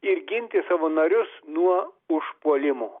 ir ginti savo narius nuo užpuolimo